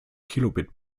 kilobit